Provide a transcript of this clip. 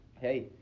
hey